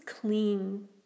clean